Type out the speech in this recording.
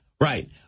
Right